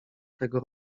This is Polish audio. tego